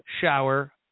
shower